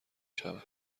شود